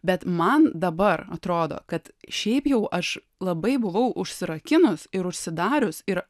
bet man dabar atrodo kad šiaip jau aš labai buvau užsirakinus ir užsidarius ir